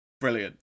brilliant